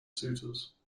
suitors